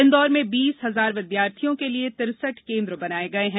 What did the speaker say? इन्दौर में बीस हजार विद्यार्थियों के लिए तिरेसठ केन्द्र बनाये गये हैं